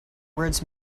words